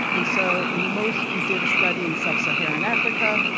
and so in most, we did a study in sub-saharan africa.